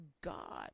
god